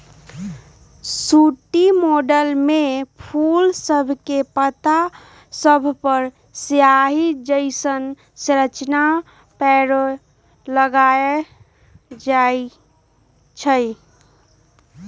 sooty mould में फूल सभके पात सभपर सियाहि जइसन्न संरचना परै लगैए छइ